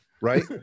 Right